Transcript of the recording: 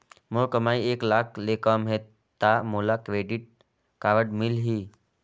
मोर कमाई एक लाख ले कम है ता मोला क्रेडिट कारड मिल ही?